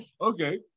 Okay